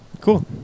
Cool